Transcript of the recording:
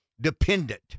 dependent